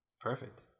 Perfect